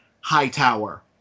Hightower